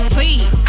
Please